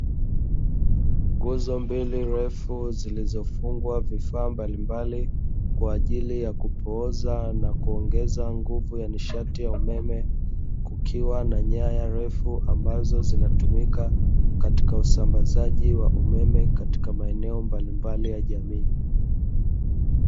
Nguzo mbili ndefu zilizofungwa vifaa mbalimbali kwaajili ya kupooza na kuongeza nguvu ya nishati ya umeme. Kukiwa na nyaya ndefu ambazo zinatumika katika usambazaji wa umeme katika maeneo mbalimbali ya jamii.